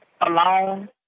alone